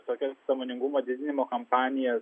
tokią sąmoningumo didinimo kampaniją